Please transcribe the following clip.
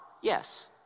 Yes